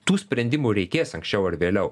tų sprendimų reikės anksčiau ar vėliau